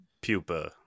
pupa